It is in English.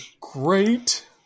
great